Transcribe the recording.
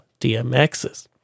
DMXs